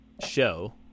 show